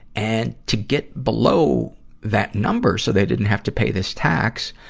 and to get below that number, so they didn't have to pay this tax,